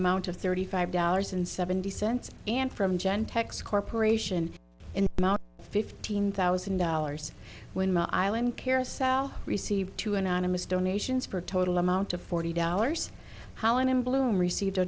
amount of thirty five dollars and seventy cents and from gentex corporation in about fifteen thousand dollars when my island carousel received two anonymous donations for a total amount of forty dollars holland in bloom received a